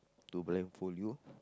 to blindfold you